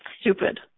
stupid